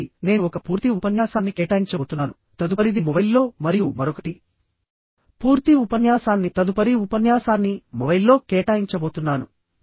నిజానికి నేను ఒక పూర్తి ఉపన్యాసాన్ని కేటాయించబోతున్నాను తదుపరిది మొబైల్ లో మరియు మరొకటి పూర్తి ఉపన్యాసాన్ని తదుపరి ఉపన్యాసాన్ని మొబైల్లో కేటాయించబోతున్నాను